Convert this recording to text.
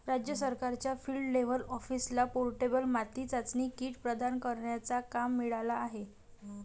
राज्य सरकारच्या field level ऑफिसरला पोर्टेबल माती चाचणी किट प्रदान करण्याचा काम मिळाला आहे